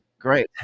Great